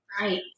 Right